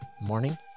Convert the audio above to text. morning